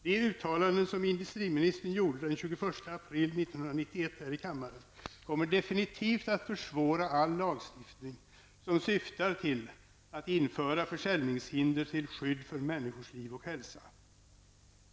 De uttalanden som industriministern gjorde den 26 april 1991 här i kammaren kommer definitivt att försvåra all lagstiftning som syftar till att införa försäljningshinder till skydd för människors liv och hälsa.